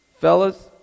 Fellas